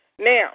Now